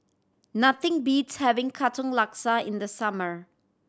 nothing beats having Katong Laksa in the summer